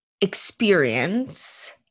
experience